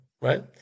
right